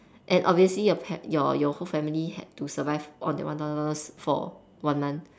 and obviously your ha~ your whole family had to survive on that one thousand dollars for one month